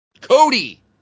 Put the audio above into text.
Cody